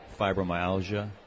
fibromyalgia